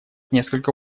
несколько